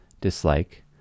dislike